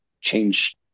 change